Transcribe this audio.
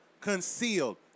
concealed